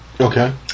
Okay